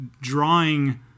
drawing